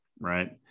right